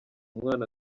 umwana